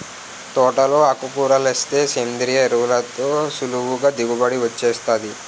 తోటలో ఆకుకూరలేస్తే సేంద్రియ ఎరువులతో సులువుగా దిగుబడి వొచ్చేత్తాది